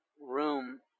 room